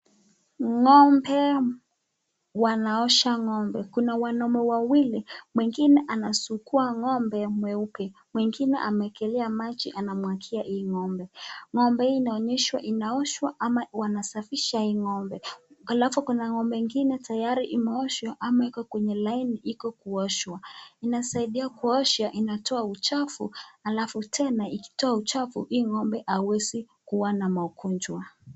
Ng'ombe wanaosha ng'ombe. Kuna wanawake wawili, mwingine anasukua ng'ombe mweupe, mwingine amekelea maji anamwagilia hii ng'ombe. Ng'ombe hii inaonyeshwa inaoshwa ama wanasafisha hii ng'ombe. Alafu kuna ng'ombe nyingine tayari imeoshwa ama iko kwenye laini iko kuoshwa. Inasaidia kuoshwa inatoa uchafu. Alafu tena ikitoa uchafu, hii ng'ombe hawezi kuwa na magonjwa.